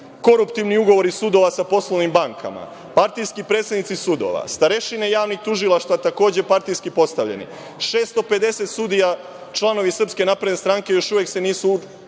koruptivni ugovori sudova sa poslovnim bankama, partijski predsednici sudova, starešine javnih tužilaštva takođe partijski postavljeni, 650 sudija članovi SNS-a još uvek se nisu